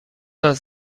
nas